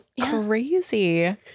crazy